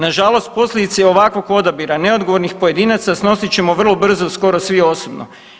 Nažalost posljedice i ovakvog odabira neodgovornih pojedinaca snosit ćemo vrlo brzo skoro svi osobno.